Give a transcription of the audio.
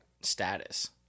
status